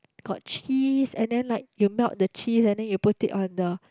got cheese and then like you melt the cheese and then you put it on the